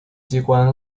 机关